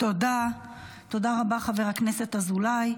תודה רבה, חבר הכנסת אזולאי.